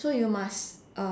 so you must